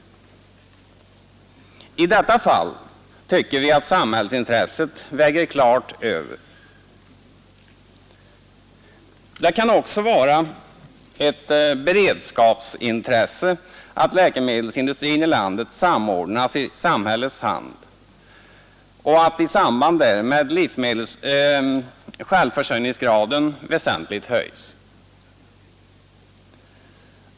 I detta fall tycker vi att samhällsintresset väger klart över. Det kan också vara ett beredskapsintresse att läkemedelsindustrin i landet samordnas i samhällets hand och att i samband därmed självförsörjningsgraden väsentligt höjs.